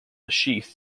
sheath